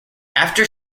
after